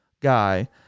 guy